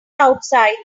outside